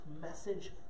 message